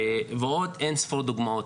ועוד אינספור דוגמאות.